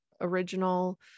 original